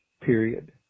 period